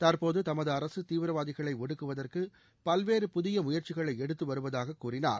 தற்போது தமது அரசு தீவிரவாதிகளை ஒடுக்குவற்கு பல்வேறு புதிய முயற்சிகளை எடுத்து வருவதாகக் கூறினார்